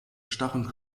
starren